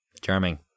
Charming